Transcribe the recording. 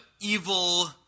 evil